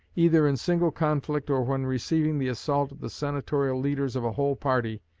either in single conflict or when receiving the assault of the senatorial leaders of a whole party,